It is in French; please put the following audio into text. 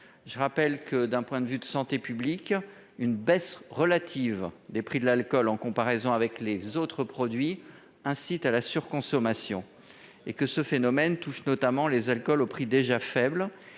parallèle. D'un point de vue de santé publique, une baisse relative des prix de l'alcool en comparaison des autres produits incite à la surconsommation. Ce phénomène concerne notamment les alcools aux prix déjà faibles